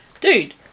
dude